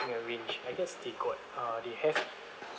you are rich I guess they got uh they have